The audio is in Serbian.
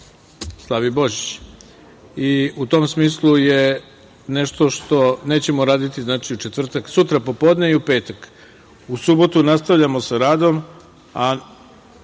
slavi Božić. U tom smislu je nešto što… nećemo raditi sutra popodne i u petak. U subotu nastavljamo sa radom,